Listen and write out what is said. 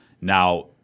Now